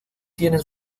tienen